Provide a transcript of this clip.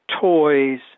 toys